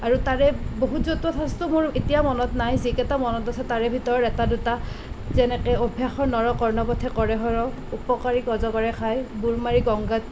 আৰু তাৰে বহুত জতুৱা ঠাঁচতো এতিয়াও মোৰ মনত নাই যিকেইটা মনত আছে তাৰে ভিতৰত এটা দুটা যেনেকৈ অভ্যাসৰ নৰ কৰ্ণ পথে কৰে শৰ উপকাৰীক অজগৰে খায় গোৰ মাৰি গংগাত